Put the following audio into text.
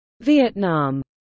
Vietnam